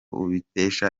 tubikesha